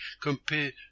compare